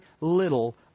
little